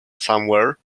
somewhere